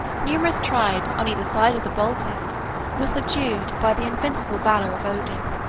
numerous tribes on either side of the baltic were subdued by the invincible valor of odin,